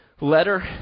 letter